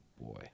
boy